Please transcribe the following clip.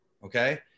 Okay